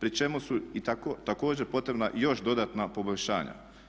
pri čemu su također potrebna i još dodatna poboljšanja.